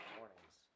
mornings